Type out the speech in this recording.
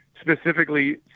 specifically